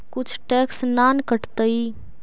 कुछ टैक्स ना न कटतइ?